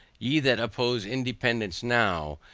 ye that oppose independance now,